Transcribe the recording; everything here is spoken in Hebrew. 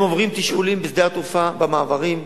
הם עוברים תשאולים בשדה התעופה, במעברים,